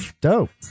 Dope